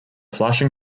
flashing